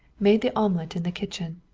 made the omelet in the kitchen.